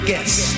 guess